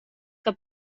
que